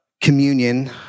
communion